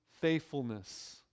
faithfulness